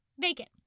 vacant